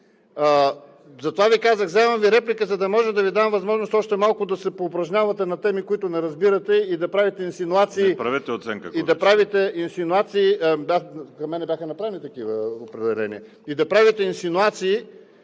Затова Ви казах, вземам Ви реплика, за да мога да Ви дам възможност още малко да се поупражнявате на теми, които не разбирате, и да правите инсинуации...